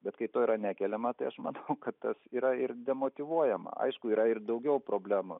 bet kai to yra nekeliama tai aš manau kad tas yra ir demotyvuojama aišku yra ir daugiau problemų